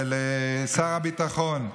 לשר הביטחון,